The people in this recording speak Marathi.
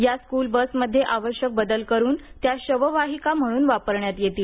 या स्कूलबसमध्ये आवश्यक बदल करून त्या शववाहिका म्हणून वापरण्यात येतील